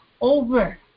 over